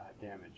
damage